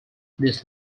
this